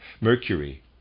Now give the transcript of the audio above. Mercury